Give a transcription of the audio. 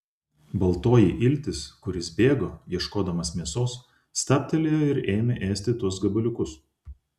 baltoji iltis kuris bėgo ieškodamas mėsos stabtelėjo ir ėmė ėsti tuos gabaliukus